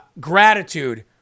gratitude